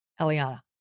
Eliana